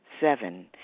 Seven